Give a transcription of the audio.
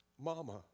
Mama